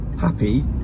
happy